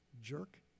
Jerk